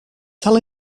tell